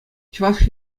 чӑваш